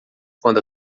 quando